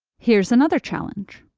here's another challenge.